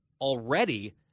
already